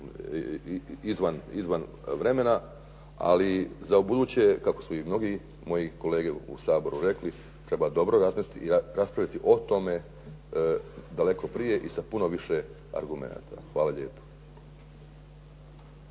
izvan vremena. Ali za u buduće kako su i mnogi moji kolege u Saboru rekli treba dobro razmisliti i raspraviti o tome daleko prije i sa puno više argumenata. Hvala lijepo.